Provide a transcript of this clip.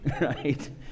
right